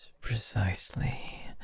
precisely